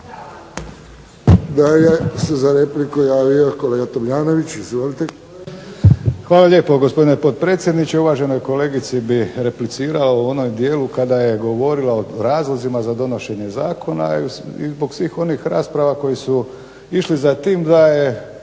Hvala lijepo. Gospodine potpredsjedniče, uvaženoj kolegici bi replicirao u onom dijelu kada je govorila o razlozima za donošenje zakona i zbog svih onih rasprava koje su išle za tim da je